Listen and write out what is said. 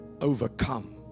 overcome